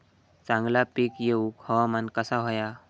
चांगला पीक येऊक हवामान कसा होया?